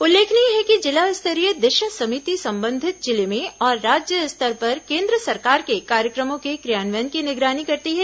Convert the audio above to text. उल्लेखनीय है कि जिला स्तरीय दिशा समिति संबंधित जिले में और राज्य स्तर पर केन्द्र सरकार के कार्यक्रमों के क्रियान्वयन की निगरानी करती है